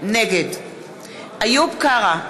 נגד איוב קרא,